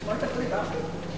שמונה דקות דיברתי?